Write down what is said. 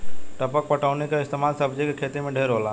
टपक पटौनी के इस्तमाल सब्जी के खेती मे ढेर होला